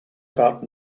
about